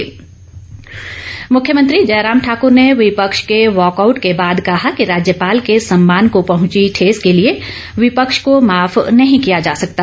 मुख्यमंत्री मुख्यमंत्री जयराम ठाकर ने विपक्ष के वाकआउट के बाद कहा कि राज्यपाल के सम्मान को पहंची ठेस के लिए विपक्ष को माफ नहीं किया जा सकता